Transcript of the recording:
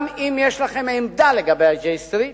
גם אם יש לכם עמדה לגבי J Street,